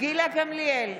גילה גמליאל,